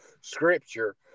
Scripture